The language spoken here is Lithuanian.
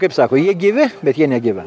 kaip sako jie gyvi bet jie negyvena